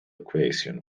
equation